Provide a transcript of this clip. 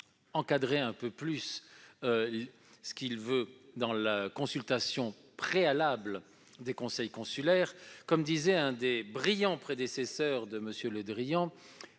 encadrer un peu plus la consultation préalable des conseils consulaires. Comme le disait l'un des brillants prédécesseurs de M. Le Drian,